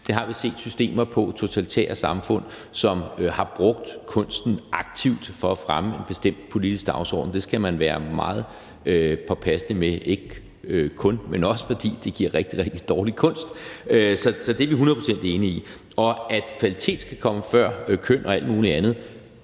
eksempler på med systemer i totalitære samfund, som har brugt kunsten aktivt for at fremme en bestemt politisk dagsorden; det skal man være meget påpasselig med – også fordi det giver rigtig, rigtig dårlig kunst. Så det er vi hundrede procent enige i. At kvalitet skal komme før køn og alt muligt andet,